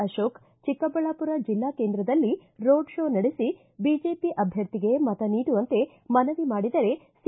ಅಶೋಕ್ ಚಿಕ್ಕಬಳ್ಳಾಪುರ ಜಿಲ್ಲಾ ಕೇಂದ್ರದಲ್ಲಿ road show ನಡೆಸಿ ಬಿಜೆಪಿ ಅಭ್ಞರ್ಥಿಗೆ ಮತ ನೀಡುವಂತೆ ಮನವಿ ಮಾಡಿದರೆ ಸಿ